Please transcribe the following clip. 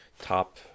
Top